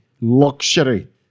luxury